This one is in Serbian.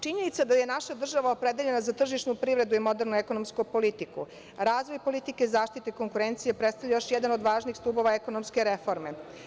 Činjenica da je naša država opredeljena za tržišnu privredu i modernu ekonomsku politiku, razvoj politike zaštite konkurencije predstavlja još jedan od važnih stubova ekonomske reforme.